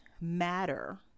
matter